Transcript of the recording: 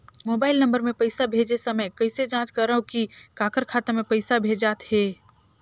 Mobile number मे पइसा भेजे समय कइसे जांच करव की काकर खाता मे पइसा भेजात हे?